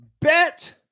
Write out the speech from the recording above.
Bet